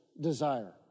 desire